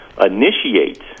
initiate